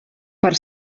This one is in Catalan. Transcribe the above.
per